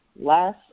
last